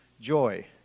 joy